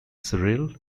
surreal